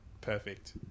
Perfect